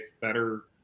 better